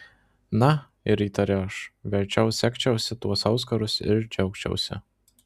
na ir įtari aš verčiau segčiausi tuos auskarus ir džiaugčiausi